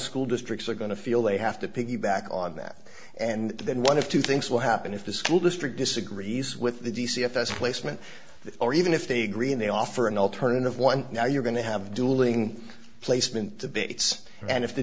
school districts are going to feel they have to piggyback on that and then one of two things will happen if the school district disagrees with the d c fs placement or even if they agree and they offer an alternative one now you're going to have dueling placement debates and if the